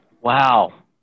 Wow